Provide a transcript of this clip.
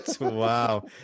Wow